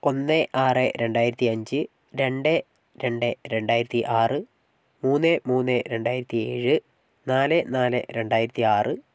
ഒന്ന് ആറ് രണ്ടായിരത്തി അഞ്ച് രണ്ട് രണ്ട് രണ്ടായിരത്തി ആറ് മൂന്ന് മൂന്ന് രണ്ടായിരത്തി ഏഴ് നാല് നാല് രണ്ടായിരത്തി ആറ്